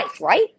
right